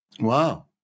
Wow